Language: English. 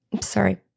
sorry